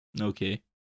okay